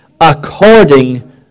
according